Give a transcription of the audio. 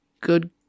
Good